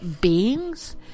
beings